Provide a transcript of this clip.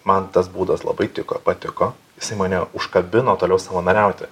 man tas būdas labai tiko patiko jisai mane užkabino toliau savanoriauti